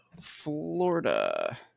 Florida